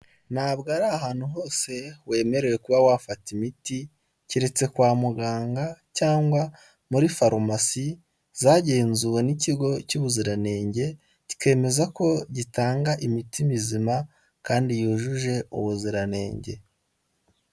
Ntabwo ari ahantu hose wemerewe kuba wafata imiti, keretse kwa muganga cyangwa muri farumasi zagenzuwe n'ikigo cy'ubuziranenge, kikemeza ko gitanga imiti mizima kandi yujuje ubuziranenge.